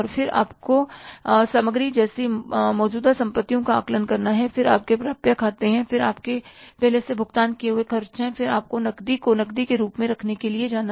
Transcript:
फिर आपको सामग्री जैसी मौजूदा परिसंपत्तियों का आकलन करना है फिर आपके प्राप्य खाते हैं और फिर आपके पहले से भुगतान किए हुए खर्च हैं और फिर आपको नकदी को नकदी के रूप में रखने के लिए जाना है